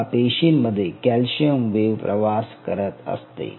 अशाप्रकारे या पेशींमध्ये कॅल्शियम वेव प्रवास करत असते